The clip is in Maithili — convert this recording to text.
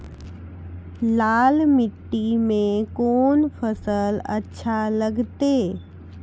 लाल मिट्टी मे कोंन फसल अच्छा लगते?